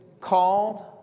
called